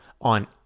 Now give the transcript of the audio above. on